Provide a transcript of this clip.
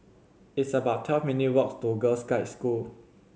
it's about twelve minute' walks to Girl Guides School